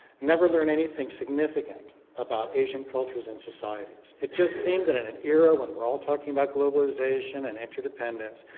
never learned anything significant about asian cultures in societies. it just seemed that in an era when we're all talking about globalization and interdependence,